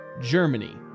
Germany